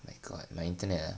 oh my god my internet ah